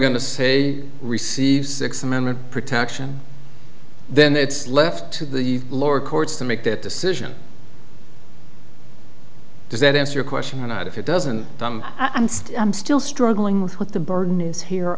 going to say receive sixth amendment protection then it's left to the lower courts to make that decision does that answer your question or not if it doesn't i'm still i'm still struggling with what the burden is here